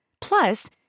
Plus